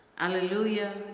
alleluia! yeah